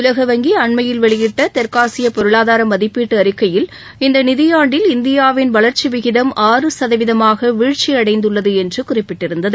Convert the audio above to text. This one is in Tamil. உலக வங்கி அண்மையில் வெளியிட்ட தெற்காசிய பொருளாதார மதிப்பீட்டு அறிக்கையில் இந்த நிதியாண்டில் இந்தியாவின் வளர்ச்சி விகிதம் ஆறு சதவீதமாக வீழ்ச்சியடைந்துள்ளது என்று குறிப்பிட்டிருந்தது